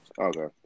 Okay